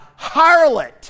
harlot